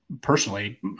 personally